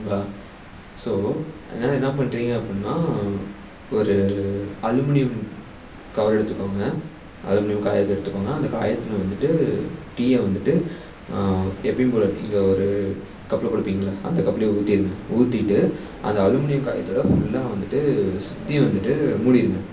ம் ஸோ அதனால் என்ன பண்ணுறீங்க அப்படின்னா ஒரு அலுமினியம் கவர் எடுத்துக்கோங்க அலுமினியம் காகிதம் எடுத்துக்கோங்க அந்த காயத்தில் வந்துட்டு டீயை வந்துட்டு எப்பயும் போல் நீங்கள் ஒரு கப்பில் கொடுப்பீங்கள்ல அந்த கப்புலேயே ஊற்றிடுங்க ஊற்றிட்டு அந்த அலுமினியம் காயத்தில் ஃபுல்லாக வந்துட்டு சுற்றி வந்துட்டு மூடிடுங்க